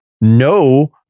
no